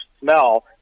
smell